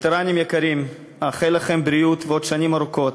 וטרנים יקרים, אאחל לכם בריאות ועוד שנים ארוכות.